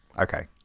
okay